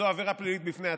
זו עבירה פלילית בפני עצמה,